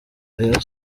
rayon